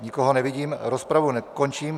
Nikoho nevidím, rozpravu končím.